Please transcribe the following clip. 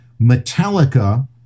Metallica